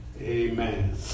Amen